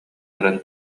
баран